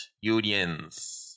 unions